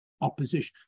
opposition